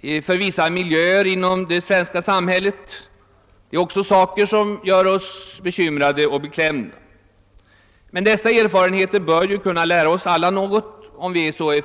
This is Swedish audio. i vissa miljöer inom det svenska samhället. även detta är ting som gör oss bekymrade och beklämda. Dessa erfarenheter bör naturligtvis kunna lära oss något, vare sig vi är